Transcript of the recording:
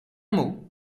mot